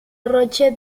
roche